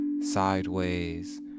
sideways